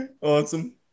Awesome